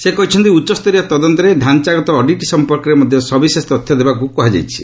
ସେ କହିଛନ୍ତି ଉଚ୍ଚସ୍ତରୀୟ ତଦନ୍ତରେ ଡାଞ୍ଚାଗତ ଅଡିଟ୍ ସମ୍ପର୍କରେ ମଧ୍ୟ ସବିଶେଷ ତଥ୍ୟ ଦେବାକୁ କୁହାଯାଇଛି